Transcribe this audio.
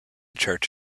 church